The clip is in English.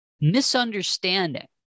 misunderstanding